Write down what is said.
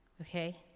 okay